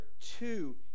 two